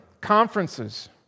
Conferences